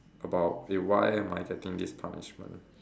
about eh why am I getting this punishment